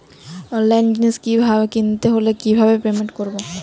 অনলাইনে জিনিস কিনতে হলে কিভাবে পেমেন্ট করবো?